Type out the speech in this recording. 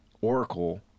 Oracle